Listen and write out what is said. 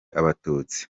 abatutsi